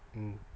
mm